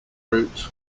routes